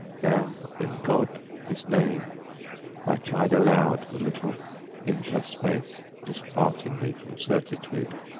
now, in god his name i chide aloud the little interspace disparting me from certitude,